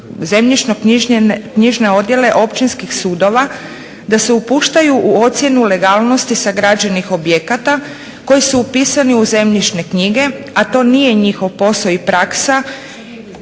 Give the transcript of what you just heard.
zemljišno-knjižne odjele općinskih sudova da se upuštaju u ocjenu legalnosti sagrađenih objekata koji su upisani u zemljišne knjige, a to nije njihov posao i praksa,